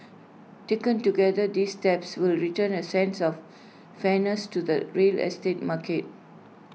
taken together these steps will return A sense of fairness to the real estate market